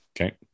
Okay